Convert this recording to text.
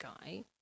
guy